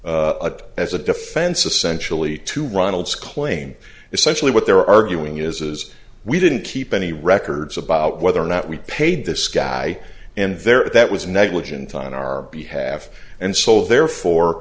use as a defense essential e to ronald's claim essentially what they're arguing is his we didn't keep any records about whether or not we paid this guy and there that was negligent on our behalf and so therefore